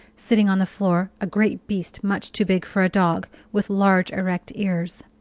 sitting on the floor, a great beast much too big for a dog, with large, erect ears.